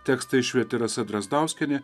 tekstą išvertė rasa drazdauskienė